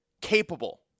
capable